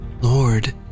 Lord